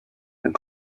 and